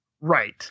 Right